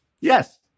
yes